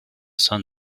sun